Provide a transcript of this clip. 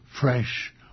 fresh